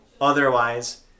Otherwise